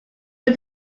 but